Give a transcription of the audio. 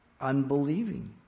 unbelieving